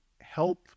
help